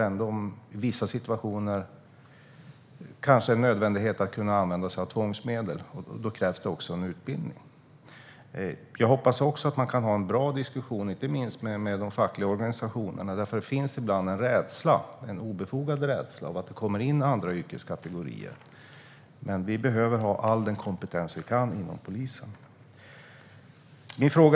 I vissa situationer är det kanske nödvändigt att använda sig av tvångsmedel, och då krävs det också en utbildning. Jag hoppas också att man kan ha en bra diskussion, inte minst med de fackliga organisationerna. Det finns ibland en obefogad rädsla att ta in andra yrkeskategorier. Men vi behöver all kompetens som vi kan få inom polisen.